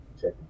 Check